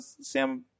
Sam